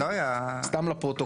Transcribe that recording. סתם לפרוטוקול.